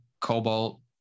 cobalt